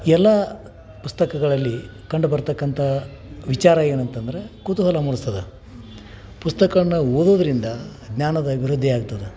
ಎಲ್ಲ ಪುಸ್ತಕಗಳಲ್ಲಿ ಕಂಡುಬರತಕ್ಕಂತ ವಿಚಾರ ಏನು ಅಂತಂದರೆ ಕುತೂಹಲ ಮೂಡಿಸ್ತದ ಪುಸ್ತಕಗಳ್ನ ಓದೋದ್ರಿಂದ ಜ್ಞಾನದ ಅಭಿವೃದ್ದಿಯಾಗ್ತದೆ